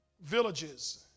villages